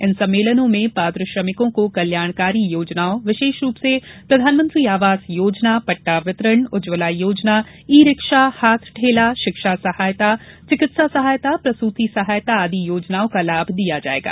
इन सम्मेलनों में पात्र श्रमिकों को कल्याणकारी योजनाओं विशेष रूप से प्रधानमंत्री आवास योजना पट्टा वितरण उज्जवला योजना ई रिक्शा हाथ ठेला शिक्षा सहायता चिकित्सा सहायता प्रसूति सहायता आदि योजनाओं का लाभ दिया जायेगा